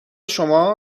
شما